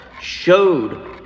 showed